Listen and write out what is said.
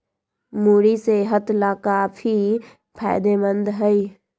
मूरी सेहत लाकाफी फायदेमंद हई